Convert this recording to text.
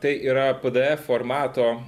tai yra pdf formato